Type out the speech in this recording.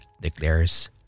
declares